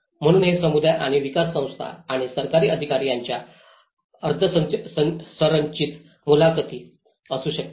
म्हणून हे समुदाय आणि विकास संस्था आणि सरकारी अधिकारी यांच्या अर्ध संरचित मुलाखती असू शकतात